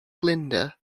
glinda